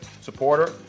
supporter